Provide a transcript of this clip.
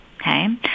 Okay